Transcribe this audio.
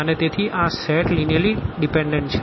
અને તેથી આ સેટ લીનીઅર્લી ડીપેનડન્ટછે